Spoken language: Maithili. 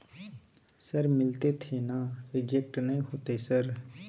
सर मिलते थे ना रिजेक्ट नय होतय सर?